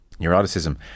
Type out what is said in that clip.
neuroticism